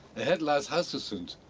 ahead lies halsosund.